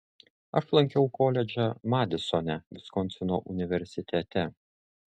aš lankiau koledžą madisone viskonsino universitete